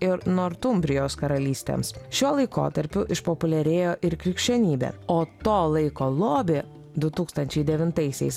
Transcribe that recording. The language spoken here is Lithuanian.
ir nortumbrijos karalystėms šiuo laikotarpiu išpopuliarėjo ir krikščionybė o to laiko lobį du tūkstančiai devintaisiais